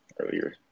earlier